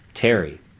Terry